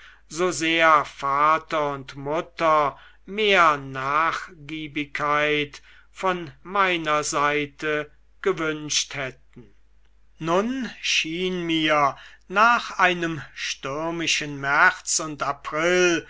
so sehr vater und mutter mehr nachgiebigkeit von meiner seite gewünscht hätten nun schien mir nach einem stürmischen märz und april